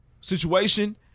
situation